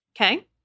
Okay